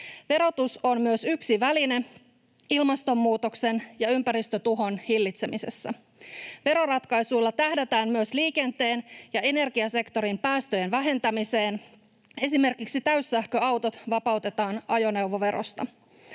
Verotus on myös yksi väline ilmastonmuutoksen ja ympäristötuhon hillitsemisessä. Veroratkaisuilla tähdätään myös liikenteen ja energiasektorin päästöjen vähentämiseen. Esimerkiksi täyssähköautot vapautetaan ajoneuvoverosta.